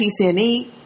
PCNE